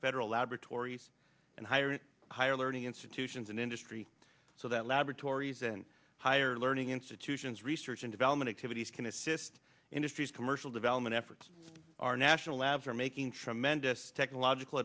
federal laboratories and higher and higher learning institutions and industry so that laboratories and higher learning institutions research and development activities can assist industries commercial development efforts our national labs are making tremendous technological